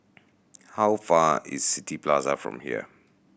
how far is City Plaza from here